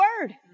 word